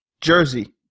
jersey